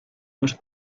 los